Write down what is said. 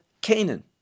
canaan